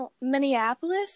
Minneapolis